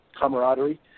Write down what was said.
camaraderie